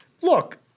look